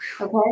Okay